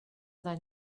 than